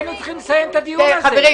היינו צריכים לסיים את הדיון הזה.